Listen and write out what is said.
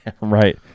Right